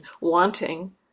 wanting